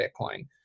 Bitcoin